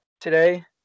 today